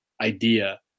idea